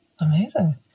Amazing